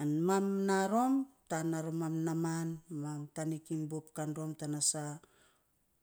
An mam naa rom taan rom mam namaan, mam tanik iny bup kan rom tana saa